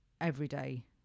everyday